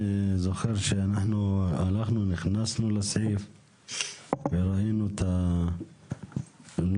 אני זוכר שנכנסנו לסעיף וראינו את מה שכתוב.